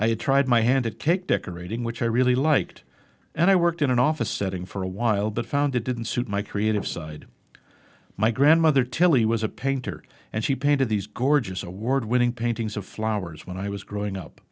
had tried my hand to take decorating which i really liked and i worked in an office setting for a while but found it didn't suit my creative side my grandmother tilly was a painter and she painted these gorgeous award winning paintings of flowers when i was growing up